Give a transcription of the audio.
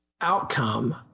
outcome